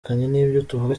tuvuga